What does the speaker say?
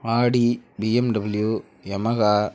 Aadi BMW Yamaha